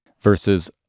Versus